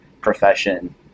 profession